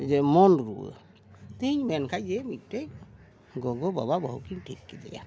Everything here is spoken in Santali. ᱡᱮ ᱢᱚᱱ ᱨᱩᱣᱟᱹ ᱛᱤᱦᱤᱧ ᱢᱮᱱᱠᱷᱟᱱ ᱡᱮ ᱢᱤᱫᱴᱮᱡ ᱜᱚᱜᱚᱼᱵᱟᱵᱟ ᱵᱟᱹᱦᱩ ᱠᱤᱱ ᱴᱷᱤᱠ ᱠᱮᱫᱮᱭᱟ